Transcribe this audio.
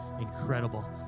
incredible